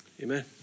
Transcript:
Amen